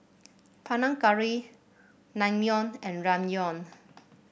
Panang Curry Naengmyeon and Ramyeon